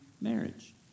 marriage